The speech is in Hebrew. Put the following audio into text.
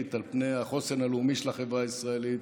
קדימות על פני החוסן הלאומי של החברה הישראלית,